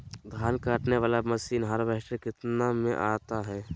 धान कटने बाला मसीन हार्बेस्टार कितना किमत में आता है?